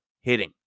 hitting